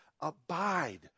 abide